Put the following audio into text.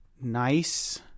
nice